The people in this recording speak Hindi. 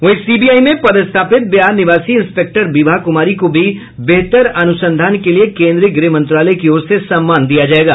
वहीं सीबीआई में पदस्थापित बिहार निवासी इंस्पेक्टर विभा कुमारी को भी बेहतर अनुसंधान के लिये केंद्रीय गृह मंत्रालय की ओर से सम्मान दिया जायेगा